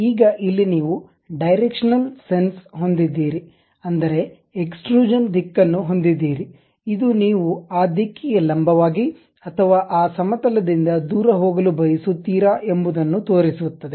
ಈಗ ಇಲ್ಲಿ ನೀವು ಡೈರೆಕ್ಷನಲ್ ಸೆನ್ಸ್ ಹೊಂದಿದ್ದೀರಿ ಅಂದರೆ ಎಕ್ಸ್ಟ್ರೂಷನ್ ದಿಕ್ಕನ್ನು ಹೊಂದಿದ್ದೀರಿ ಇದು ನೀವು ಆ ದಿಕ್ಕಿಗೆ ಲಂಬವಾಗಿ ಅಥವಾ ಆ ಸಮತಲದಿಂದ ದೂರ ಹೋಗಲು ಬಯಸುತ್ತೀರಾ ಎಂಬುದನ್ನು ತೋರಿಸುತ್ತದೆ